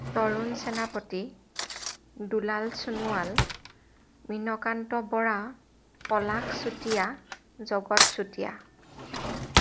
Tarun Senapati Dulal Sonowal Minakanta Bora Palash Chutia Jagat Chutia